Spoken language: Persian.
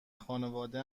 خانواده